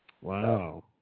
Wow